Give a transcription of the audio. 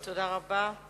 תודה רבה.